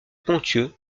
ponthieu